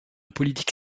politique